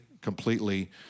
completely